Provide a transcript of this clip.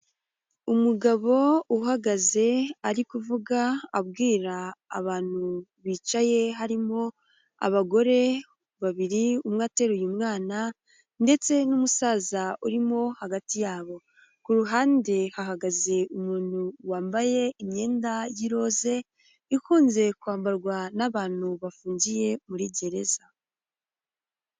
Umugabo uhagaze ari kuvuga abwira abantu bicaye, harimo abagore babiri umwe ateruye mwana ndetse n'umusaza urimo hagati yabo, ku ruhande hahagaze umuntu wambaye imyenda y'iroze, ikunze kwambarwa n'abantu bafungiye muri gereza.